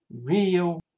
real